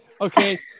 Okay